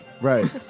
Right